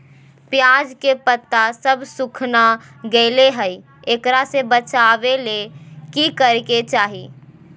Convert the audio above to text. प्याज के पत्ता सब सुखना गेलै हैं, एकरा से बचाबे ले की करेके चाही?